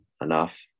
enough